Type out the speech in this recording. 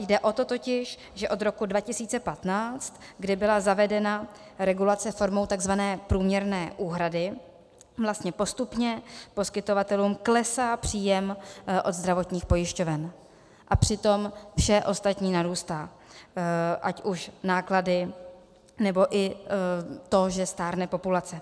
Jde o to totiž, že od roku 2015, kdy byla zavedena regulace formou tzv. průměrné úhrady, postupně poskytovatelům klesá příjem od zdravotních pojišťoven, a přitom vše ostatní narůstá, ať už náklady, nebo i to, že stárne populace.